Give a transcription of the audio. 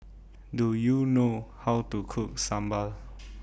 Do YOU know How to Cook Sambal